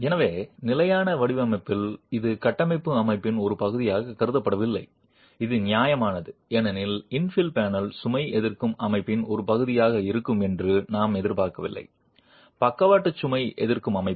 எனவே நிலையான வடிவமைப்பில் இது கட்டமைப்பு அமைப்பின் ஒரு பகுதியாக கருதப்படவில்லை இது நியாயமானது ஏனெனில் இன்ஃபில் பேனல் சுமை எதிர்க்கும் அமைப்பின் ஒரு பகுதியாக இருக்கும் என்று நாம் எதிர்பார்க்கவில்லை பக்கவாட்டு சுமை எதிர்க்கும் அமைப்பு